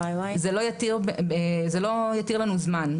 זה לא יותיר לנו זמן.